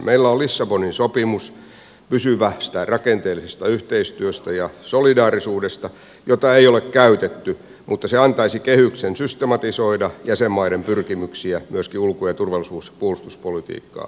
meillä on pysyvästä rakenteellisesta yhteistyöstä ja solidaarisuudesta lissabonin sopimus jota ei ole käytetty mutta se antaisi kehyksen systematisoida jäsenmaiden pyrkimyksiä myöskin ulko ja turvallisuus ja puolustuspolitiikkaa koskien